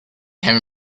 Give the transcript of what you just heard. became